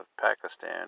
Pakistan